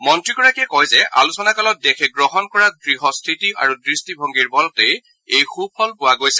মন্ত্ৰীগৰাকীয়ে কয় যে আলোচনাকালত দেশে গ্ৰহণ কৰা দৃঢ়স্থিতি আৰু দৃষ্টিভংগীৰ বলতেই এই সুফল পোৱা গৈছে